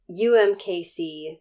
UMKC